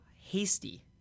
Hasty